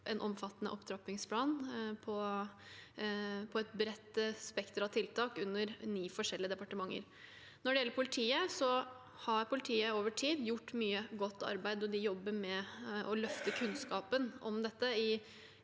en omfattende opptrappingsplan med et bredt spekter av tiltak under ni forskjellige departementer. Når det gjelder politiet, har de over tid gjort mye godt arbeid, og de jobber med å løfte kunnskapen om dette i